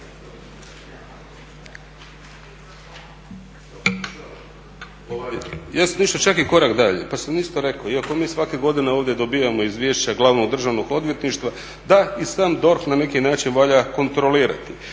Ja sam otišao čak i korak dalje pa sam isto rekao, iako mi svake godine ovdje dobivamo izvješća glavnog državnog odvjetništva, da i sam DORH na neki način valja kontrolirati.